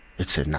it's enough,